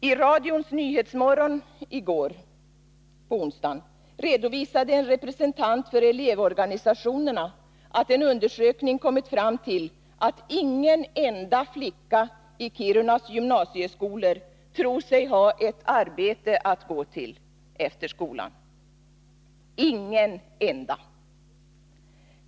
I radions nyhetsmorgon i går redovisade en representant för elevorg nisationerna att en undersökning kommit fram till att ingen enda flicka i Kirunas gymnasieskolor tror sig ha ett arbete att gå till efter skolan. Ingen enda!